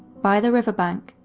by the riverbank,